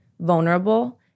vulnerable